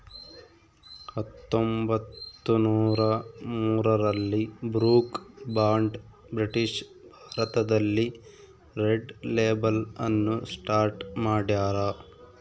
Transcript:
ಹತ್ತೊಂಬತ್ತುನೂರ ಮೂರರಲ್ಲಿ Brooke Bond British ಭಾರತದಲ್ಲಿ ರೆಡ್ ಲೇಬಲ್ ಅನ್ನು ಸ್ಟಾರ್ಟ್ ಮಾಡ್ಯಾರ